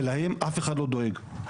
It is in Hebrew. ולהם אף אחד לא דואג.